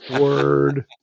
Word